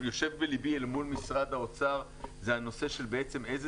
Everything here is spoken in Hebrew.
יושב בליבי מול משרד האוצר הוא הנושא איזה